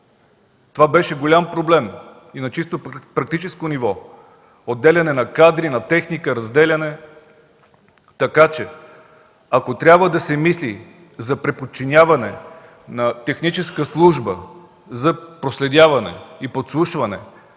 Това беше голям проблем и на чисто техническо ниво – отделяне на кадри, на техника, разделяне. Така че ако трябва да се мисли за предподчиняване на техническа служба за проследяване и подслушване,